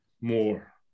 more